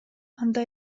анда